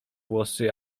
włosy